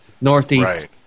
northeast